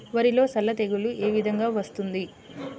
వరిలో సల్ల తెగులు ఏ విధంగా వస్తుంది?